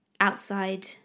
outside